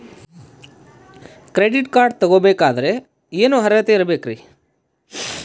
Credit card ತೊಗೋ ಬೇಕಾದರೆ ಏನು ಅರ್ಹತೆ ಇರಬೇಕ್ರಿ?